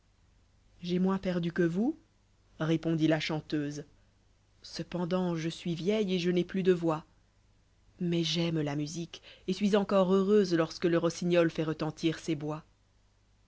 j'ai moins perdu que vous répondit la chanteuse i cependant je suis vieille et je n'ai plus de voix mais j'aime la musique et suis encore heureuse lorsque le rossignol fait retentir ces bois